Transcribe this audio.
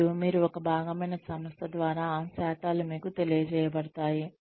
మరియు మీరు ఒక భాగమైన సంస్థ ద్వారా శాతాలు మీకు తెలియజేయబడతాయి